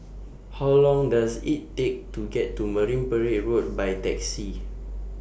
How Long Does IT Take to get to Marine Parade Road By Taxi